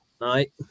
night